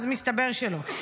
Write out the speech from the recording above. אז מסתבר שלא.